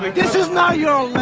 this is not your land!